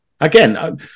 Again